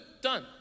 done